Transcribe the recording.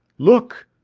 look!